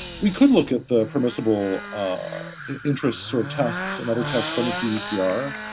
we could look at the permissible interest sort of tests and other tests from is gdpr.